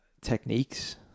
techniques